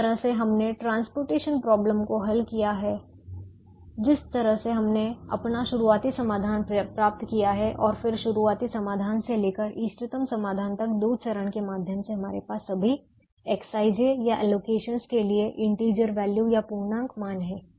जिस तरह से हमने ट्रांसपोर्टेशन प्रॉब्लम को हल किया है और जिस तरह से हमने अपना शुरुआती समाधान प्राप्त किया है और फिर शुरुआती समाधान से लेकर इष्टतम समाधान तक दो चरणों के माध्यम से हमारे पास सभी Xij या एलोकेशनस के लिए इंटीजर वैल्यू या पूर्णांक मान हैं